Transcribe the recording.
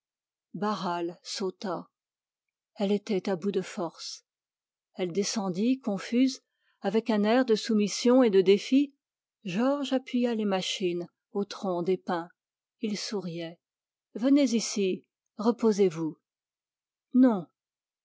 barral sauta elle était à bout de forces elle descendit confuse avec un air de soumission et de défi georges appuya les machines aux troncs des pins il souriait venez ici reposez-vous non